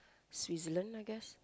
Switzerland I guess